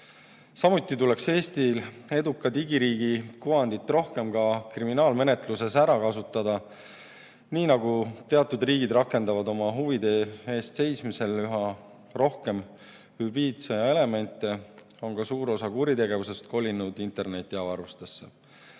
Samuti tuleks Eestil eduka digiriigi kuvandit rohkem ka kriminaalmenetluses ära kasutada. Nii nagu teatud riigid rakendavad oma huvide eest seismisel üha rohkem hübriidsõja elemente, on suur osa kuritegevusest kolinud internetiavarustesse.